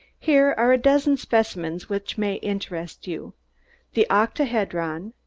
here are a dozen specimens which may interest you the octahedron,